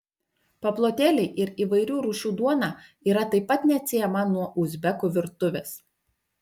paplotėliai ir įvairių rūšių duona yra taip pat neatsiejama nuo uzbekų virtuvės